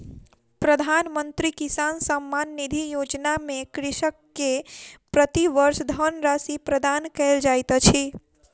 प्रधानमंत्री किसान सम्मान निधि योजना में कृषक के प्रति वर्ष धनराशि प्रदान कयल जाइत अछि